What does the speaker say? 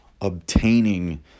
obtaining